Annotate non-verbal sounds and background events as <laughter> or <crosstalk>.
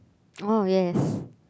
<noise> oh yes